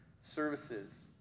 services